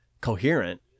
coherent